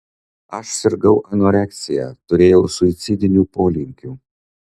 aš sirgau anoreksija turėjau suicidinių polinkių